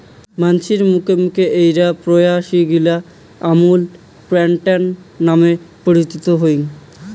মানসির মুখে মুখে এ্যাই প্রয়াসগিলা আমুল প্যাটার্ন নামে পরিচিত হই